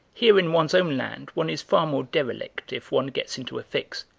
here in one's own land one is far more derelict if one gets into a fix.